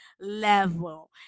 level